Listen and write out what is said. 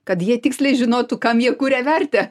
kad jie tiksliai žinotų kam jie kuria vertę